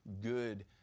good